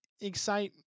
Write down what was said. excite